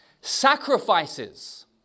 Sacrifices